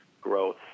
growth